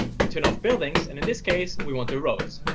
we turn off buildings, and, in this case, we want the roads.